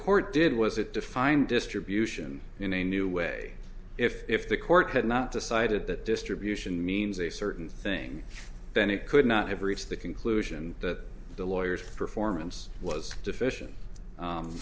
court did was it defined distribution in a new way if the court had not decided that distribution means a certain thing then it could not have reached the conclusion that the lawyers performance was deficient